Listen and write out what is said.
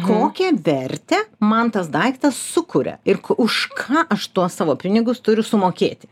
kokią vertę man tas daiktas sukuria ir už ką aš tuos savo pinigus turiu sumokėti